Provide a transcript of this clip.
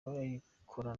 abayikora